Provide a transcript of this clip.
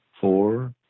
four